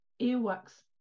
earwax